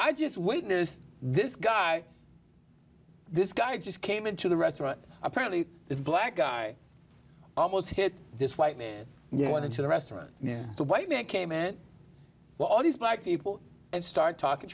i just witnessed this guy this guy just came into the restaurant apparently this black guy almost hit this white man wanted to the restaurant yeah the white man came in all these black people and start talking